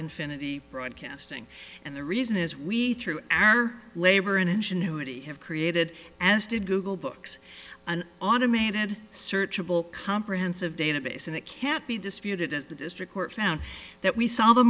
infinity broadcasting and the reason is we through our labor and ingenuity have created as did google books an automated searchable comprehensive database and it can't be disputed as the district court found that we saw the